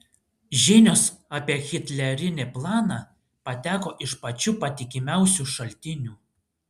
žinios apie hitlerinį planą pateko iš pačių patikimiausių šaltinių